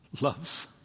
loves